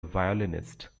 violinist